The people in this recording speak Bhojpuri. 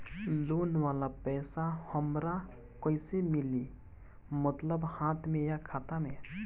लोन वाला पैसा हमरा कइसे मिली मतलब हाथ में या खाता में?